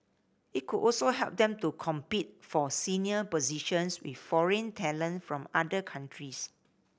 it could also help them to compete for senior positions with foreign talent from other countries